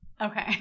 Okay